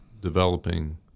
developing